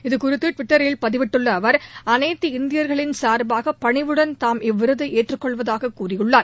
இது குறித்து டிவிட்டரில் பதிவிட்டுள்ள அவா் அனைத்து இந்தியா்களின் சாா்பாக பணிவுடன் தாம் இவ்விருதை ஏற்று கொள்வதாக கூறியுள்ளார்